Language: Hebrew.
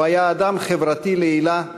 הוא היה אדם חברתי לעילא,